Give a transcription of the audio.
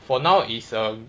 for now is um